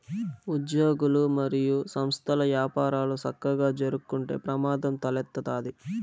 ఉజ్యోగులు, మరియు సంస్థల్ల యపారాలు సక్కగా జరక్కుంటే ప్రమాదం తలెత్తతాది